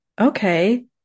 Okay